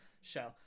show